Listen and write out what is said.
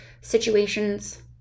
situations